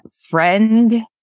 friend